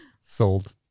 Sold